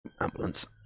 Ambulance